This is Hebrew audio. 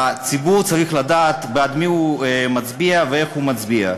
הציבור צריך לדעת בעד מי הוא מצביע ואיך הוא מצביע.